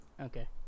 Okay